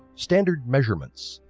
standard measurements,